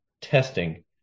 testing